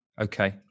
Okay